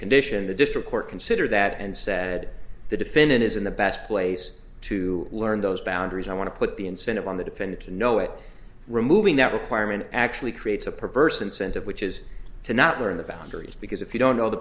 condition the district court consider that and said the defendant is in the best place to learn those boundaries i want to put the incentive on the defender to know it removing that requirement actually creates a perverse incentive which is to not learn the boundaries because if you don't know the